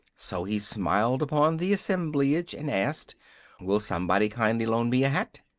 so he smiled upon the assemblage and asked will somebody kindly loan me a hat?